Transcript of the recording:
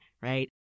Right